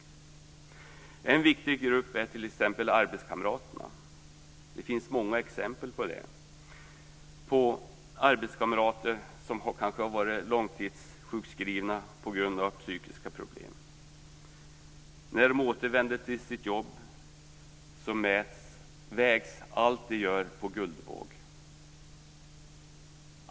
En viktig grupp är t.ex. arbetskamraterna. Det finns många exempel på arbetskamrater som har varit långtidssjukskrivna på grund av psykiska problem. När de återvänder till sitt jobb så vägs allt de gör på guldvåg.